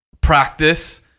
practice